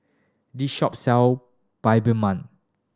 this shop sell Bibimbap